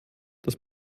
dass